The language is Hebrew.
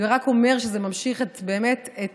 זה רק אומר שזה באמת ממשיך את